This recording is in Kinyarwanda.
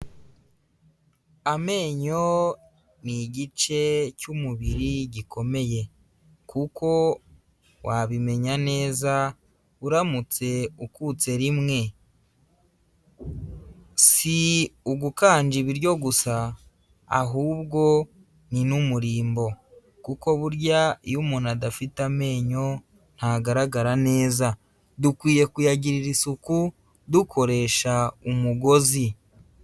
Amenyo ni igice cy'umubiri gikomeye, kuko wabimenya neza uramutse ukutse rimwe. Si ugukanja ibiryo gusa ahubwo ni n'umurimbo. Kuko burya iyo umuntu adafite amenyo ntagaragara neza. Dukwiye kuyagirira isuku dukoresha umugozi.